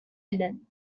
again